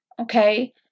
okay